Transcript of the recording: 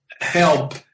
help